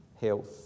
health